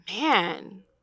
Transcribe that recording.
man